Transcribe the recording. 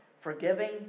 forgiving